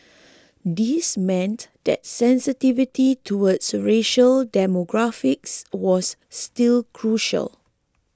this meant that sensitivity toward racial demographics was still crucial